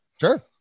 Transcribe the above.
sure